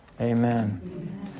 Amen